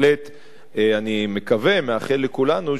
אני מקווה, מאחל לכולנו שהוא יעמיק